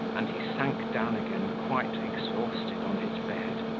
and he sank down again quite exhausted on his bed.